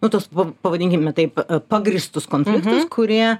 nu tuos va pavadinkime taip pagrįstus konfliktus kurie